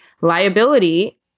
liability